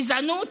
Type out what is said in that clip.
גזענות,